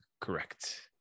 correct